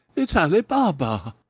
it's ali baba!